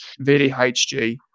VDHG